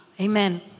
Amen